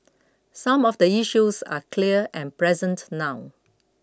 some of the issues are clear and present now